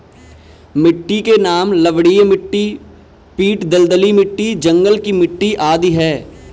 मिट्टी के नाम लवणीय मिट्टी, पीट दलदली मिट्टी, जंगल की मिट्टी आदि है